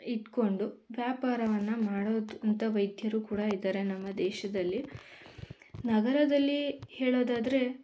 ಇಟ್ಟುಕೊಂಡು ವ್ಯಾಪಾರವನ್ನು ಮಾಡೋದಂಥ ವೈದ್ಯರು ಕೂಡ ಇದ್ದಾರೆ ನಮ್ಮ ದೇಶದಲ್ಲಿ ನಗರದಲ್ಲಿ ಹೇಳೋದಾದರೆ